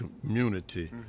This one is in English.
community